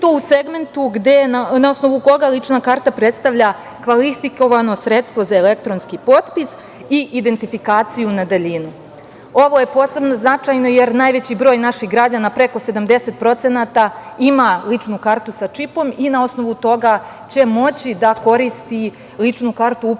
i to u segmentu na osnovu koga lična karta predstavlja kvalifikovano sredstvo za elektronski potpis i identifikaciju na daljinu. Ovo je posebno značajno jer najveći broj naših građana preko 70% ima ličnu kartu sa čipom i na osnovu toga će moći da koristi ličnu kartu upravo